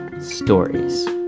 stories